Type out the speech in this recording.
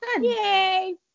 Yay